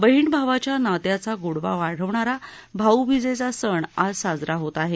बहीण भावाच्या नात्याचा गोडवा वाढवणारा भाऊबीजेचा सण आज साजरा होत आहे